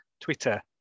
Twitter